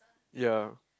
ya